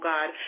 God